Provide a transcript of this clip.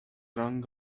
rang